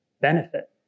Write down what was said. benefit